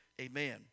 amen